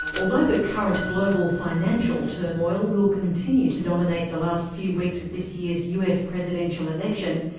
although the current global financial turmoil will continue to dominate the last few weeks of this year's us presidential election,